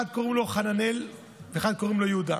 אחד קוראים לו חננאל ואחד קוראים לו יהודה,